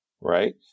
right